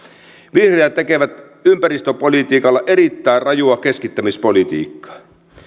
vihreät tekevät ympäristöpolitiikalla erittäin rajua keskittämispolitiikkaa